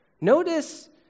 Notice